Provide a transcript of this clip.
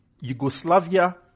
Yugoslavia